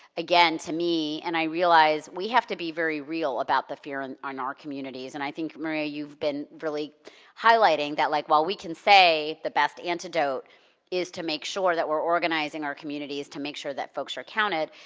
again to me, and i realize, we have to be very real about the fear and in our communities. and i think, maria, you've been really highlighting that like while we can say the best antidote is to make sure that we're organizing our communities, to make sure that folks are counted,